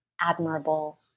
admirable